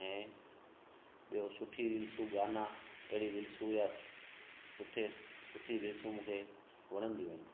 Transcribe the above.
ऐं ॿियों सुठियूं रील्सूं गाना अहिड़ियूं रील्सूं या सुठे सुठी रील्सूं मूंखे वणंदियूं आहिनि